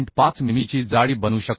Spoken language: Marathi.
5 मिमीची जाडी बनू शकतो